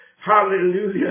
Hallelujah